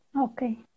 Okay